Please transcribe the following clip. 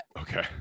okay